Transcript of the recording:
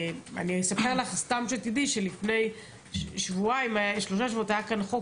אני אספר לך סתם שתדעי שלפני שלושה שבועות היה כאן חוק